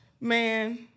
Man